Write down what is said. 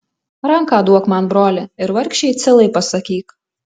ranką duok man broli ir vargšei cilai pasakyk